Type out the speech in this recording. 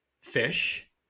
fish